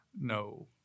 no